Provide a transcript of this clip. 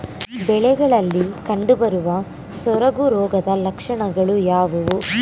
ಬೆಳೆಗಳಲ್ಲಿ ಕಂಡುಬರುವ ಸೊರಗು ರೋಗದ ಲಕ್ಷಣಗಳು ಯಾವುವು?